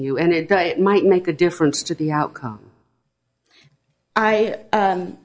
you and it might make a difference to the outcome i